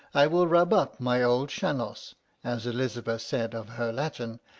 i will rub up my old shannos as elizabeth said of her latin,